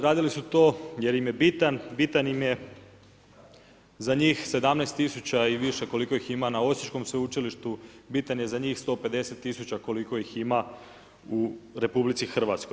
Radili su to jer im je bitan, bitan im je za njih 17 000 i više koliko ih ima na Osječkom sveučilištu, bitan je za njih 150 000 koliko ih ima u RH.